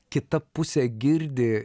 kita pusė girdi